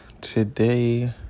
today